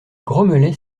grommelait